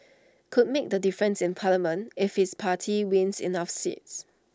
could make the difference in parliament if his party wins enough seats